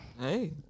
Hey